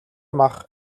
мах